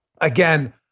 Again